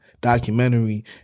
documentary